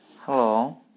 Hello